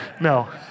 No